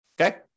okay